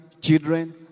children